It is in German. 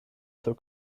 zur